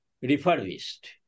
refurbished